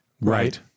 Right